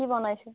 কি বনাইছে